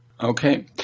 Okay